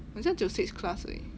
很想就 six class eh